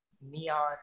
neon